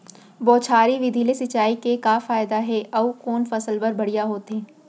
बौछारी विधि ले सिंचाई के का फायदा हे अऊ कोन फसल बर बढ़िया होथे?